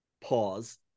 pause